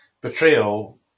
betrayal